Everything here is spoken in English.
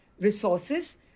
resources